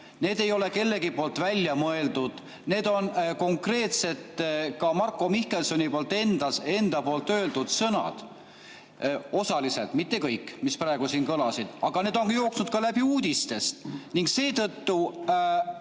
Need ei ole kellegi välja mõeldud, need on konkreetselt ka Marko Mihkelsoni enda poolt öeldud sõnad – osaliselt, mitte kõik –, mis praegu siin kõlasid. Aga need on jooksnud läbi ka uudistest ning seetõttu